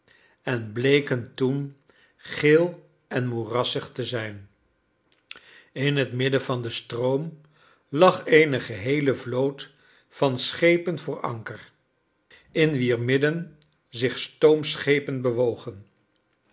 en bleken toen geel en moerassig te zijn in het midden van den stroom lag eene geheele vloot van schepen voor anker in wier midden zich stoomschepen bewogen